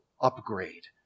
upgrade